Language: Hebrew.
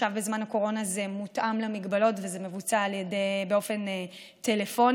עכשיו בזמן הקורונה זה מותאם להגבלות וזה מבוצע באופן טלפוני.